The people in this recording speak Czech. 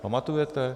Pamatujete?